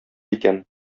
икән